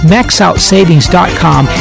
MaxOutSavings.com